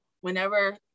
whenever